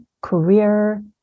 career